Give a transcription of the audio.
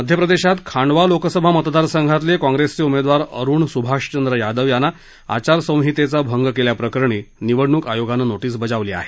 मध्य प्रदेशात खांडवा लोकसभा मतदारसंघातले काँग्रेसचे उमेदवार अरुण स्भाषचंद्र यादव यांना आचारसंहितेचा भंग केल्याप्रकरणी निवडणूक आयोगानं नोटीस बजावली आहे